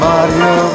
Mario